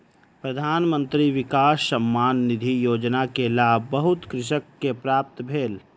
प्रधान मंत्री किसान सम्मान निधि योजना के लाभ बहुत कृषक के प्राप्त भेल